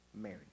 Mary